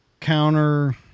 counter